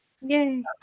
Yay